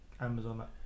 Amazon